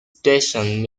station